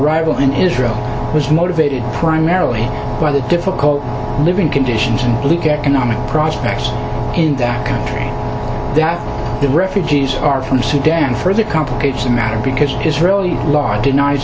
rival in israel was motivated primarily by the difficult living conditions and look economic prospects in that country that the refugees are from sudan further complicates the matter because israeli law denies